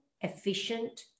efficient